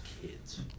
kids